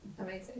amazing